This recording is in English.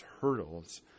hurdles